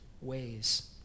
ways